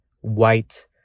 White